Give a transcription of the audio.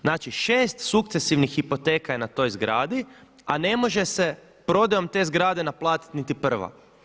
Znači 6 sukcesivnih hipoteka je na toj zgradi a ne može se prodajom te zgrade naplatiti niti prva.